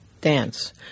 dance